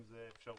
אם זה אפשרויות,